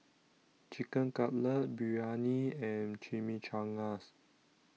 Chicken Cutlet Biryani and Chimichangas